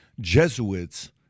Jesuits